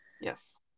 Yes